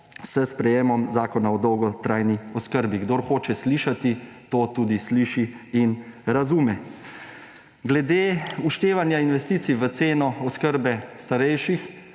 s sprejetjem Zakona o dolgotrajni oskrbi. Kdor hoče slišati, to tudi sliši in razume. Glede vštevanja investicij v ceno oskrbe starejših,